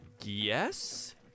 Yes